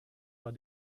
war